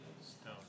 stone